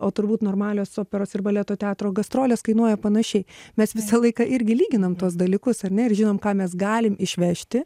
o turbūt normalios operos ir baleto teatro gastrolės kainuoja panašiai mes visą laiką irgi lyginam tuos dalykus ar ne ir žinom ką mes galim išvežti